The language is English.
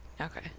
Okay